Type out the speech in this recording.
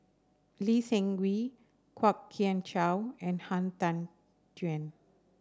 Lee Seng Wee Kwok Kian Chow and Han Tan Juan